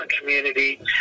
community